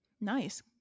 nice